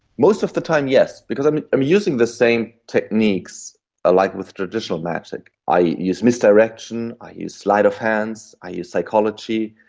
most of the time yes because i'm i'm using the same techniques like with traditional magic. i use misdirection, i use sleight of hand, i use psychology.